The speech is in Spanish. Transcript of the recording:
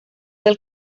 del